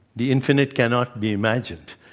the infinite cannot be imagined.